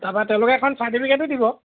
তাৰপৰা তেওঁলোকে এখন চাৰ্টিফিকেটটো দিব